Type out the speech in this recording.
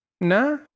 nah